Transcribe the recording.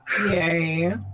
Yay